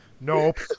Nope